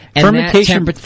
Fermentation